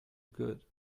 good